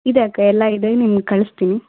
ಇದೆ ಅಕ್ಕ ಎಲ್ಲ ಇದೆ ನಿಮ್ಗೆ ಕಳಿಸ್ತೀನಿ